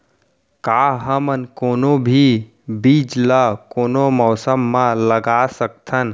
का हमन कोनो भी बीज ला कोनो मौसम म लगा सकथन?